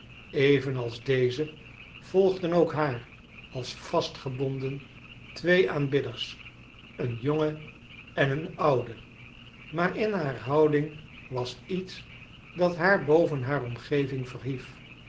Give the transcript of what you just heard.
even als deze volgden ook haar als vastgebonden twee aanbidders een jonge en een oude maar in haar houding was iets dat haar boven haar omgeving verhief